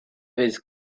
his